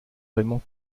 raymond